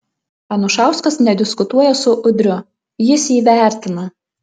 anušauskas nediskutuoja su udriu jis jį vertina